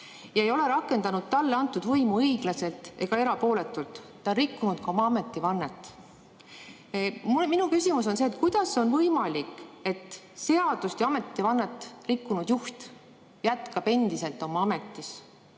ja ei ole rakendanud talle antud võimu õiglaselt ja erapooletult. Ta on rikkunud oma ametivannet. Minu küsimus on see: kuidas on võimalik, et seadust ja ametivannet rikkunud juht jätkab endiselt oma ametis?